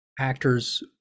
actors